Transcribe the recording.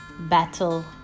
battle